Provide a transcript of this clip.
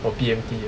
from B_M_T ah